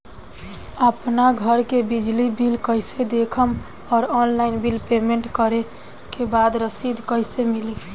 आपन घर के बिजली बिल कईसे देखम् और ऑनलाइन बिल पेमेंट करे के बाद रसीद कईसे मिली?